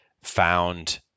found